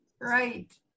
right